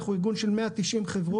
אנחנו ארגון של 190 חברות,